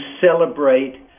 celebrate